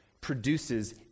produces